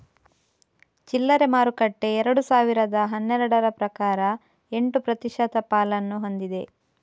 ಚಿಲ್ಲರೆ ಮಾರುಕಟ್ಟೆ ಎರಡು ಸಾವಿರದ ಹನ್ನೆರಡರ ಪ್ರಕಾರ ಎಂಟು ಪ್ರತಿಶತ ಪಾಲನ್ನು ಹೊಂದಿದೆ